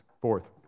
Fourth